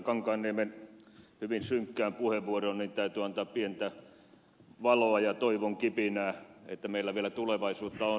kankaanniemen hyvin synkkään puheenvuoroon täytyy antaa pientä valoa ja toivonkipinää että meillä vielä tulevaisuutta on